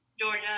Georgia